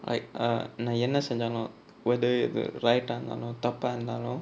err நா என்ன செஞ்சாலும்:naa enna senjaalum whether இது:ithu right இருந்தாலும் தப்பா இருந்தாலும்:irunthaalum thappaa irunthaalum